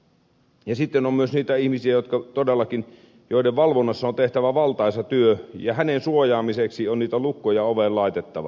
sitten on myös niitä ihmisiä joiden valvonnassa on tehtävä valtaisa työ ja heidän suojaamisekseen on niitä lukkoja oveen laitettava